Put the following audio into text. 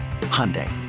Hyundai